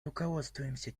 руководствуемся